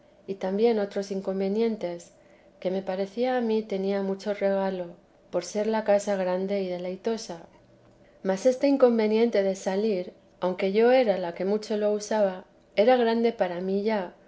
y también otros inconvenientes que me parecía a mí tenía mucho regalo por ser la casa grande y deleitosa mas este inconveniente de salir aunque yo era la que mucho lo usaba era grande para mí ya